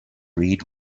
read